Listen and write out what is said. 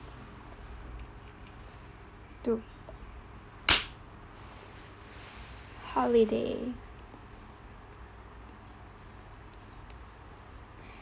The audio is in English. two holiday